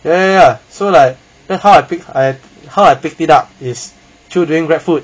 ya ya ya so like then how I how I picked it up is through during Grabfood